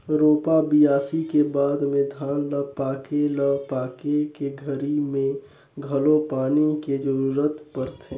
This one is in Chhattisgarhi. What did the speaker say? रोपा, बियासी के बाद में धान ल पाके ल पाके के घरी मे घलो पानी के जरूरत परथे